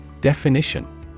Definition